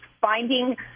finding